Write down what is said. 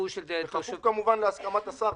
בכפוף, כמובן, להסכמת השר.